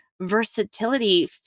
versatility